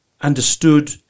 understood